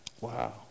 Wow